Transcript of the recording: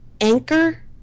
anchor